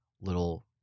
little